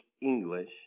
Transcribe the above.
English